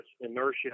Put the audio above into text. inertia